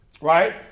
right